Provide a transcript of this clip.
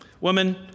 woman